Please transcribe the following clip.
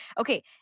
Okay